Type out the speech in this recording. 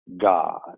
God